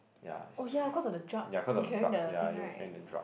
oh ya because of the drug he carrying the thing right